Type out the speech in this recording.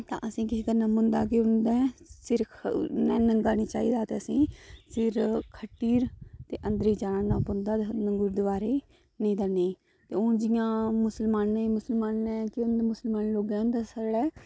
ते असेंगी केह् करना पौंदा कि उं'दे सिर नंगा निं चाहिदा ते असेंगी सिर खट्टी ते फिर जाना पौंदा ऐ अंदरै गुरुदोआरै गी ते नेईं तां नेईं हून जि'यां मुसलमानें गी मुसलमान लोकें दे केह् होंदा साढ़े